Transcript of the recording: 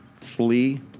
flee